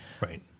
Right